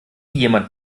jemand